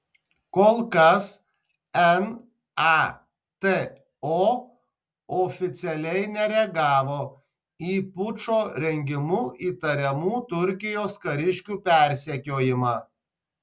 kol kas nato oficialiai nereagavo į pučo rengimu įtariamų turkijos kariškių persekiojimą